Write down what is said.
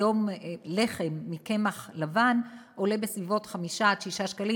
היום לחם מקמח לבן עולה 6-5 שקלים,